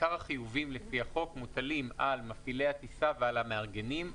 עיקר החיובים לפי החוק מוטלים על מפעילי הטיסה ועל המארגנים.